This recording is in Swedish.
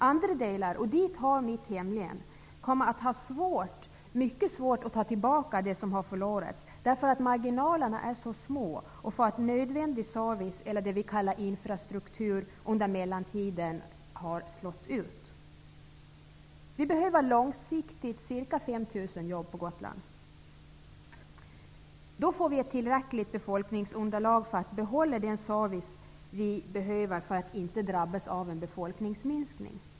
Andra delar, och dit hör mitt hemlän, kommer att ha det mycket svårt att ta tillbaka det som har förlorats därför att marginalerna är så små och nödvändig service, eller det vi kallar infrastruktur, under mellantiden har slagits ut. Vi behöver långsiktigt ca 5 000 jobb på Gotland. Då får vi ett tillräckligt befolkningsunderlag för att behålla den service vi behöver för att inte drabbas av en befolkningsminskning.